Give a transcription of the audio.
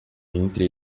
entre